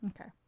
Okay